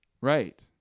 right